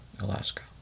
Alaska